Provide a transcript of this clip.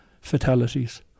fatalities